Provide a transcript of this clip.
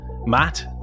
Matt